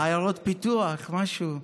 עיירות פיתוח, משהו.